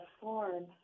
form